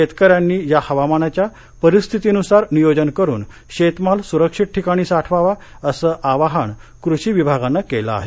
शेतकऱ्यांनी या हवामानाच्या परिस्थितीनुसार नियोजन करून शेतमाल सुरक्षित ठिकाणी साठवावा असं आवाहान कृषी विभागानं केलं आहे